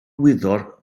wyddor